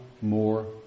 more